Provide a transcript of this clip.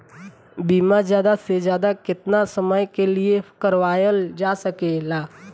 बीमा ज्यादा से ज्यादा केतना समय के लिए करवायल जा सकेला?